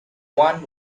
one